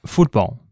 Voetbal